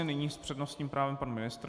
Nyní s přednostním právem pan ministr.